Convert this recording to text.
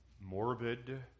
morbid